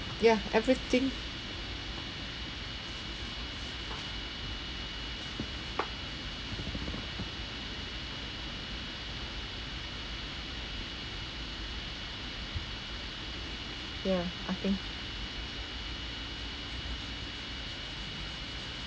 ya everything ya I think